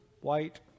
white